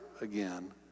again